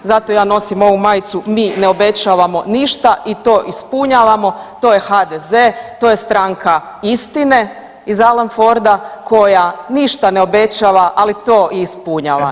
Zato ja nosim ovu majicu, mi ne obećavamo ništa i to ispunjavamo, to je HDZ, to je stranka istine iz Alan Forda koja ništa ne obećava ali to i ispunjava.